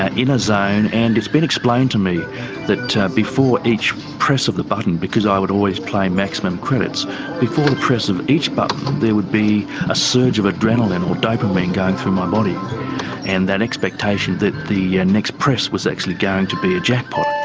and in a zone and it's been explained to me that before each press of the button because i would always play maximum credits before the press of each button, there would be a surge of adrenalin or dopamine going through my body and that expectation that the next press was actually going to be a jackpot.